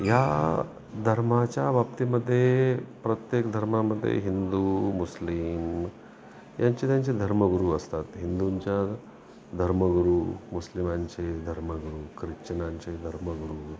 या धर्माच्या बाबतीमध्ये प्रत्येक धर्मामध्ये हिंदू मुस्लिम यांचे त्यांचे धर्मगुरू असतात हिंदूंच्या धर्मगुरु मुस्लिमांचे धर्मगुरू ख्रिश्चनांचे धर्मगुरू